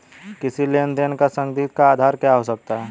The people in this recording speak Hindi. किसी लेन देन का संदिग्ध का आधार क्या हो सकता है?